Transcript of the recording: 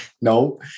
No